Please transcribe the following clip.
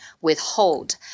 withhold